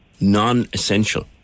Non-essential